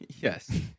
Yes